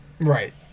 Right